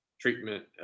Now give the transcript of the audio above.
treatment